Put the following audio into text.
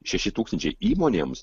šeši tūkstančiai įmonėms